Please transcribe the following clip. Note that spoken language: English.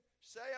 say